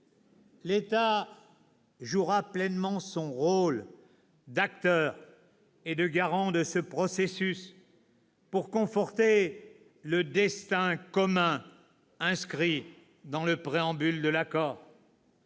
L'État jouera pleinement son rôle d'acteur et de garant de ce processus pour conforter le " destin commun " inscrit dans le préambule de l'accord.